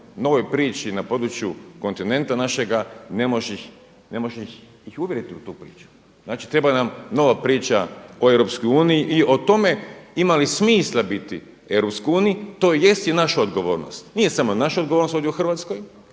na području kontinenta našega ne možeš iz uvjeriti u tu priču. Znači treba nam nova priča o EU i o tome ima li smisla biti u EU. To jest i naša odgovornost. Nije samo naša odgovornost ovdje u Hrvatskoj,